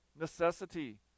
necessity